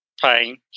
pain